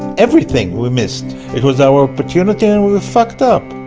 everything we missed. it was our opportunity and we fucked up